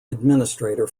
administrator